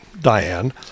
Diane